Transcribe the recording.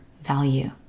value